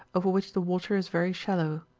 over which the water is very shallow.